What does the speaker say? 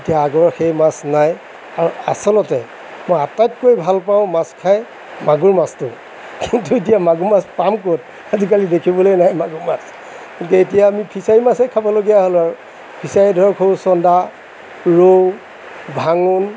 এতিয়া আগৰ সেই মাছ নাই আৰু আচলতে মই আটাইতকৈ ভালপাওঁ মাছ খাই মাগুৰ মাছটো কিন্তু এতিয়া মাগুৰ মাছ পাম ক'ত আজিকালি দেখিবলৈয়ে নাই মাগুৰ মাছ গতিকে এতিয়া আমি ফিছাৰীৰ মাছে খাবলগীয়া হ'ল আৰু ফিছাৰীৰ ধৰক সৰু চন্দা ৰৌ ভাঙোন